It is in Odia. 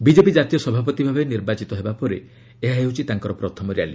ବିଜେପି ଜାତୀୟ ସଭାପତି ଭାବେ ନିର୍ବାଚିତ ହେବା ପରେ ଏହା ହେଉଛି ତାଙ୍କର ପ୍ରଥମ ର୍ୟାଲି